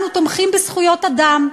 אנו תומכים בזכויות אדם,